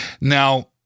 Now